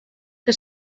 que